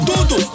Tudo